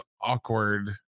awkward